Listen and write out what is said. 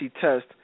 test